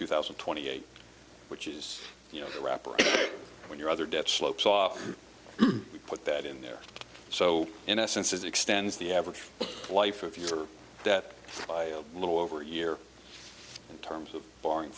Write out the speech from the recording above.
two thousand and twenty eight which is you know the wrapper when your other debt slopes off put that in there so in essence is extends the average life of your debt by a little over a year in terms of bor